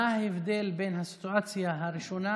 מה ההבדל בין הסיטואציה הראשונה,